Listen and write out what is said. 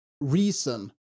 reason